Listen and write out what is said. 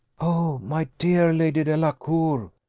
oh, my dear lady delacour!